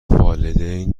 والدین